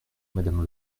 madame